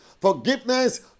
Forgiveness